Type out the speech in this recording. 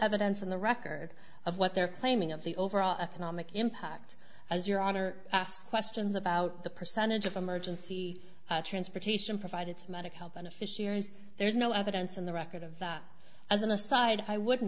evidence on the record of what they're claiming of the overall economic impact as your honor asked questions about the percentage of emergency transportation provided to medic help beneficiaries there's no evidence in the record of that as an aside i would